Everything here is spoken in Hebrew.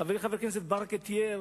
חברי חבר הכנסת ברכה תיאר